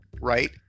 right